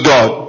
God